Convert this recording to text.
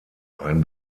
ein